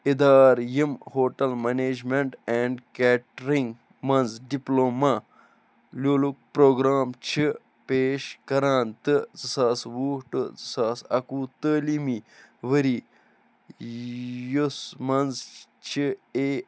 اِدارٕ یِم hotel management and catering منٛز ڈِپلومہ لیٚولُک پروگرام چھِ پیش کران تہٕ زٕ ساس وُہ ٹُو زٕ ساس اَکہٕ وُہ تٲلیٖمی ؤری یَس منٛز چھِ اے آیۍ